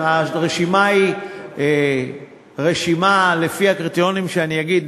הרשימה היא רשימה לפי הקריטריונים שאני אגיד,